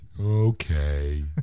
Okay